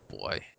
boy